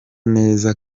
neza